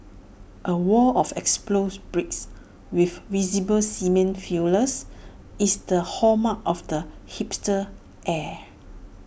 A wall of exposed bricks with visible cement fillers is the hallmark of the hipster's air